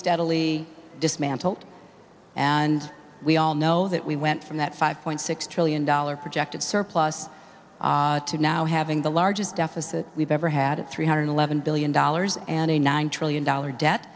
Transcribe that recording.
steadily dismantled and we all know that we went from that five point six trillion dollars projected surplus to now having the largest deficit we've ever had at three hundred eleven billion dollars and a nine trillion dollar debt